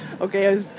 Okay